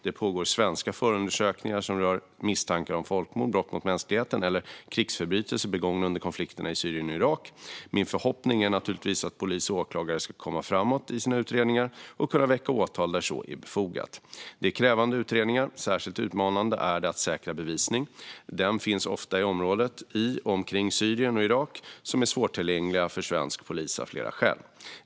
Det pågår svenska förundersökningar som rör misstankar om folkmord, brott mot mänskligheten eller krigsförbrytelser begångna under konflikterna i Syrien och Irak. Min förhoppning är naturligtvis att polis och åklagare ska komma framåt i sina utredningar och kunna väcka åtal där så är befogat. Det är krävande utredningar. Särskilt utmanande är det att säkra bevisning. Den finns ofta i områden i och omkring Syrien och Irak som är svårtillgängliga för svensk polis av flera skäl.